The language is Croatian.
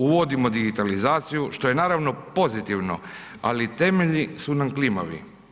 Uvodimo digitalizaciju, što je naravno pozitivno, ali temelji su nam klimavi.